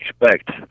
expect